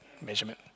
measurement